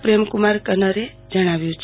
પ્રેમકુમાર કન્નરે જણાવાયું છે